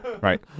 Right